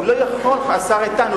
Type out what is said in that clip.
הוא לא יכול, השר איתן.